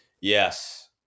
Yes